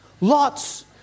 Lots